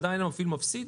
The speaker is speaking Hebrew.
עדיין המפעיל מפסיד?